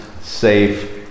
safe